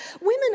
Women